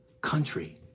country